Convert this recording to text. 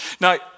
Now